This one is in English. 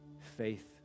faith